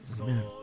Amen